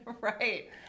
Right